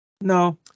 No